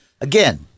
Again